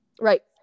Right